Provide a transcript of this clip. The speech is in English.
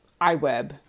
iWeb